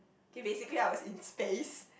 okay basically I was in space